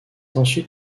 ensuite